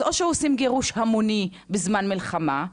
אז או שעושים גירוש המוני בזמן מלחמה,